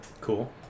Cool